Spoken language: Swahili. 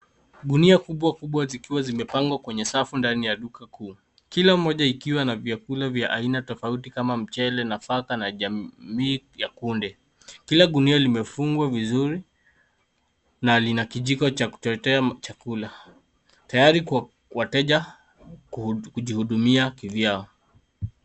Gunia kubwa kubwa zikiwa zimepangwa kwenye safu ndani ya duka kuu, kila moja ikiwa na vyakula vya aina tofauti kama mchele nafaka na jamii ya kunde. Kila gunia limefungwa vizuri na lina kijiko cha kuchotea chakula tayari kwa wateja kujihudumia kivyao.